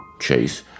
Chase